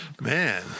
Man